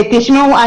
תשמעו,